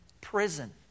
prison